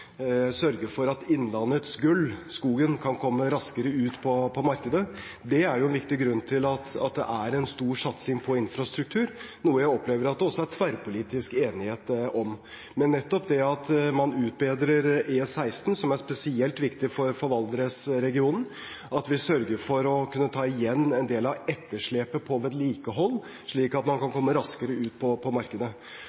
sørge for at innlandets gull, skogen, kan komme raskere ut på markedet. Det er en viktig grunn til at det er en stor satsing på infrastruktur – noe jeg opplever det også er tverrpolitisk enighet om – og nettopp at man utbedrer E16, som er spesielt viktig for Valdres-regionen, og sørger for å ta igjen en del av etterslepet på vedlikehold, slik at man kan komme raskere ut på markedet.